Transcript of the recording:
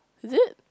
is it